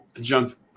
jump